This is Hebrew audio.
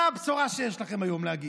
מה הבשורה שיש לכם היום להגיד?